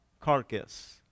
carcass